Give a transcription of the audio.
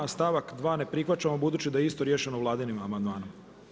A stavak 2. ne prihvaćamo budući da je isto riješeno vladinim amandmanom.